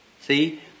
see